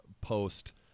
post